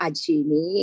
Ajini